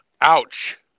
ouch